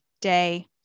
day